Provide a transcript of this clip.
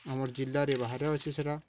ଆମର୍ ଜିଲ୍ଲାରେ ବାହାରେ ଅଛି ସେଟା